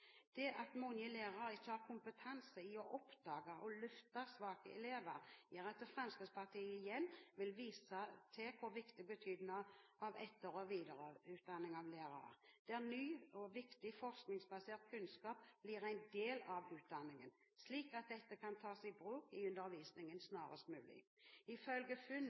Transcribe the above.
Det at mange lærere ikke har kompetanse i å oppdage og løfte svake elever, gjør at Fremskrittspartiet igjen vil vise til hvor viktig betydningen av etter- og videreutdanning av lærere er, der ny og viktig forskningsbasert kunnskap blir en del av utdanningen, slik at dette kan tas i bruk i undervisningen snarest mulig. Ifølge funn